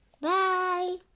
Bye